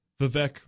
Vivek